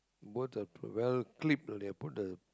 bought a well clip they put the